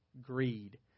greed